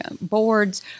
boards